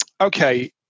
okay